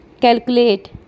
Calculate